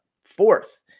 fourth